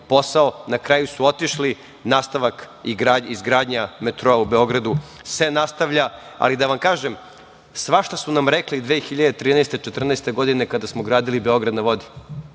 posao. Na kraju su otišli. Nastavak izgradnje metroa u Beogradu se nastavlja. Da vam kažem, svašta su nam rekli 2013. i 2014. godine kada smo gradili „Beograd na vodi“.